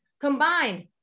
combined